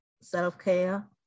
self-care